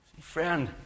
Friend